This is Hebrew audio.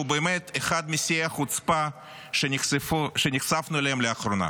שהוא באמת אחד משיאי החוצפה שנחשפנו אליהם לאחרונה.